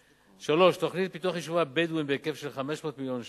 3. תוכנית לפיתוח יישובי הבדואים בהיקף כ-500 מיליון ש"ח,